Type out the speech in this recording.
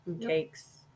Cakes